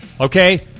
Okay